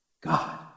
God